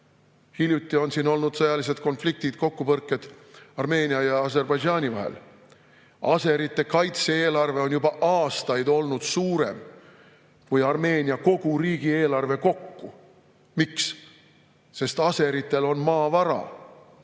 Hiljuti olid seal sõjalised konfliktid, kokkupõrked Armeenia ja Aserbaidžaani vahel. Aserite kaitse-eelarve on juba aastaid olnud suurem kui Armeenia riigieelarve kokku. Miks? Sest aseritel on maavarasid,